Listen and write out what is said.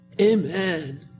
Amen